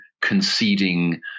conceding